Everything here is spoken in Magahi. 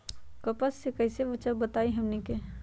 कपस से कईसे बचब बताई हमनी के?